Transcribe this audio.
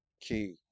key